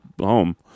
home